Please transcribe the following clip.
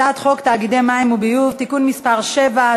הצעת חוק תאגידי מים וביוב (תיקון מס' 7),